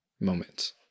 moments